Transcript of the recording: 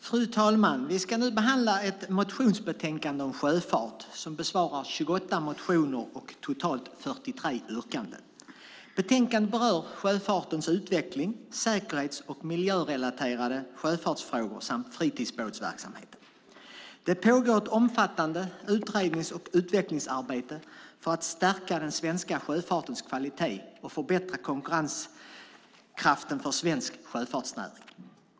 Fru talman! Vi ska nu behandla ett motionsbetänkande om sjöfart som besvarar 28 motioner och totalt 43 yrkanden. Betänkandet berör sjöfartens utveckling, säkerhets och miljörelaterade sjöfartsfrågor samt fritidsbåtsverksamheten. Det pågår ett omfattande utrednings och utvecklingsarbete för att stärka den svenska sjöfartens kvalitet och förbättra konkurrenskraften för svensk sjöfartsnäring.